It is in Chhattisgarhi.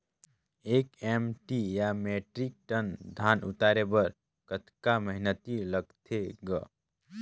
एक एम.टी या मीट्रिक टन धन उतारे बर कतका मेहनती लगथे ग?